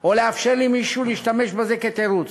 או לאפשר למישהו להשתמש בזה כתירוץ,